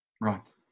Right